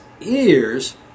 ears